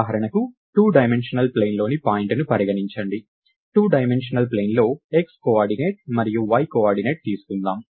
ఉదాహరణకు two dimensional ప్లేన్లోని point ని పరిగణించండి టూ డైమెన్షనల్ ప్లేన్లో x కోఆర్డినేట్ మరియు y కోఆర్డినేట్ తీసుకుందాం